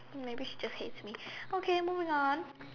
maybe she just hate me okay moving on